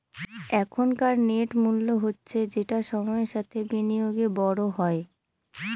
এখনকার নেট মূল্য হচ্ছে যেটা সময়ের সাথে বিনিয়োগে বড় হয়